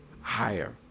higher